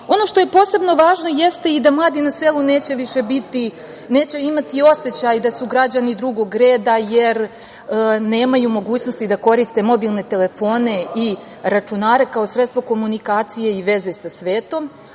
što je posebno važno jeste da i mladi na selu neće više imati osećaj da su građani drugog reda, jer nemaju mogućnosti da koriste mobilne telefone i računare kao sredstvo komunikacije i veze sa svetom,